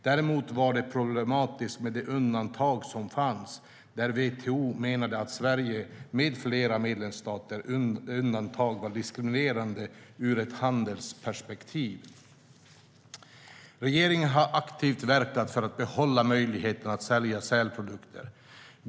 Däremot var det problematiskt med de undantag som fanns; WTO menade att Sveriges med flera medlemsstaters undantag var diskriminerande ur ett handelsperspektiv. Regeringen har aktivt verkat för att behålla möjligheten att sälja sälprodukter.